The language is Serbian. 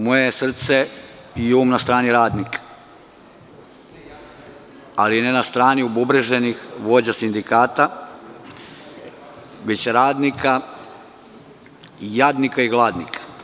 Moje srce je uvek na strani radnika, ali ne na strani ububreženih vođa sindikata, već radnika, jadnika i gladnika.